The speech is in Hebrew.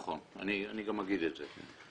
נכון, אני גם אגיד את זה.